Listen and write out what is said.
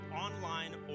online